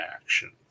action